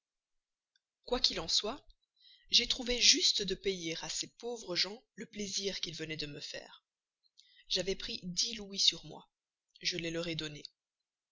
qu'il en soit j'ai trouvé juste de leur payer pour mon compte le plaisir qu'ils venaient de me faire j'avais pris dix louis sur moi je les leur ai donnés